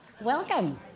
Welcome